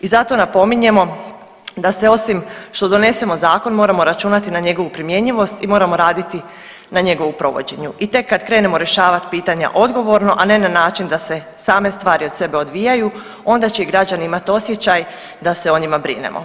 I zato napominjemo da se osim što donesemo zakon moramo računati na njegovu primjenjivost i moramo raditi na njegovu provođenju i tek kad krenemo rješavat pitanje odgovorno, a ne na način da se same stvari od sebe odvijaju onda će i građani imat osjećaj da se o njima brinemo.